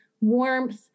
warmth